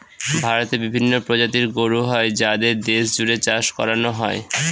ভারতে বিভিন্ন প্রজাতির গরু হয় যাদের দেশ জুড়ে চাষ করানো হয়